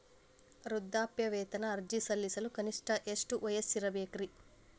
ವೃದ್ಧಾಪ್ಯವೇತನ ಅರ್ಜಿ ಸಲ್ಲಿಸಲು ಕನಿಷ್ಟ ಎಷ್ಟು ವಯಸ್ಸಿರಬೇಕ್ರಿ?